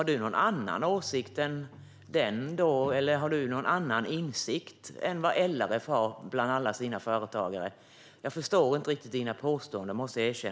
Har du någon annan åsikt eller någon annan insikt än vad LRF har fått genom alla sina företagare? Jag måste erkänna att jag inte riktigt förstår dina påståenden.